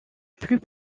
plus